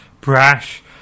brash